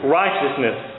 righteousness